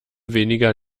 weniger